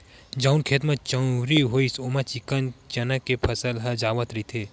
जउन खेत म चनउरी होइस ओमा चिक्कन चना के फसल ह जावत रहिथे